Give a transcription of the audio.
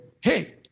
Hey